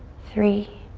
three,